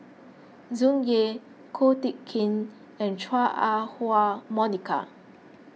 Tsung Yeh Ko Teck Kin and Chua Ah Huwa Monica